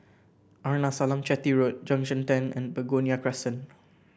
Arnasalam Chetty Road Junction Ten and Begonia Crescent